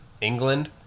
England